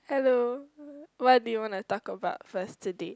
hello what do you wanna talk about first today